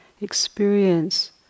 experience